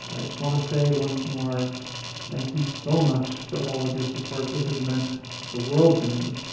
i just want to say once more thank you so much for all of your support it has meant the world to me.